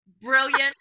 Brilliant